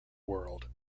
world